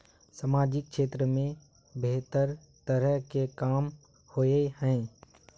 सामाजिक क्षेत्र में बेहतर तरह के काम होय है?